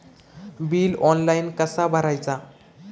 Bill online कसा भरायचा?